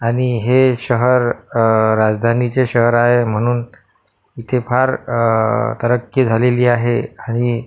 आणि हे शहर राजधानीचे शहर आहे म्हणून इथे फार तरक्की झालेली आहे आणि